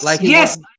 Yes